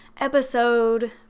episode